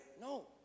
No